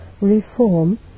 reform